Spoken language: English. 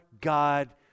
God